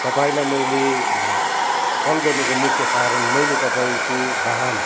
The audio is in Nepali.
तपाईँलाई मैले कल गर्नुको मुख्य कारण मैले तपाईँको वाहन